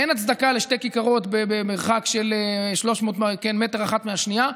אין הצדקה לשתי כיכרות במרחק של 300 מטר האחת מהשנייה,